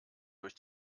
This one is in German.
durch